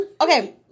Okay